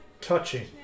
touching